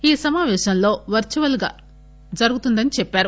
ఈ సమాపేశం వర్సువల్ గా జరుగుతుందని చెప్పారు